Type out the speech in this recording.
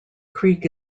creek